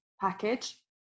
package